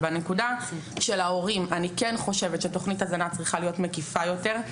בנקודה של ההורים אני חושבת שתוכנית הזנה צריכה להיות מקיפה יותר,